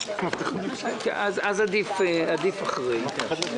אחרי זה,